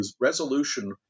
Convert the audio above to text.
resolution